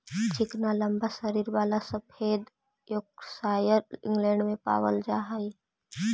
चिकना लम्बा शरीर वाला सफेद योर्कशायर इंग्लैण्ड में पावल जा हई